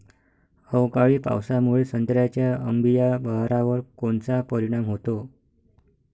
अवकाळी पावसामुळे संत्र्याच्या अंबीया बहारावर कोनचा परिणाम होतो?